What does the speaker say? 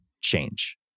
change